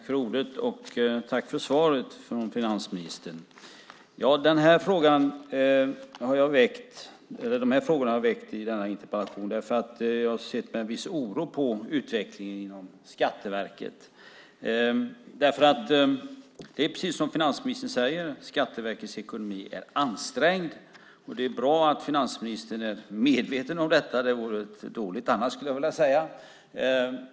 Fru talman! Tack för svaret från finansministern. De här frågorna har jag väckt i min interpellation därför att jag har sett med viss oro på utvecklingen inom Skatteverket. Det är precis som finansministern säger: Skatteverkets ekonomi är ansträngd. Det är bra att finansministern är medveten om detta - det vore dåligt annars, skulle jag vilja säga.